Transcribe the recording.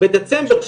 בדצמבר,